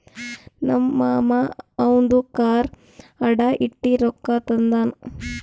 ನಮ್ ಮಾಮಾ ಅವಂದು ಕಾರ್ ಅಡಾ ಇಟ್ಟಿ ರೊಕ್ಕಾ ತಂದಾನ್